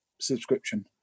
subscription